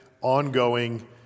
ongoing